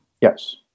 Yes